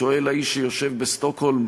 שואל האיש שיושב בשטוקהולם,